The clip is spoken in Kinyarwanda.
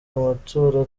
amatora